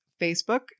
Facebook